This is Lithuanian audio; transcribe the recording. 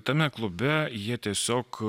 tame klube jie tiesiog